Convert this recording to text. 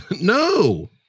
No